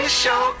show